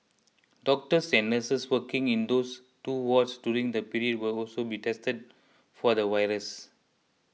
doctors and nurses working in those two wards during the period will also be tested for the virus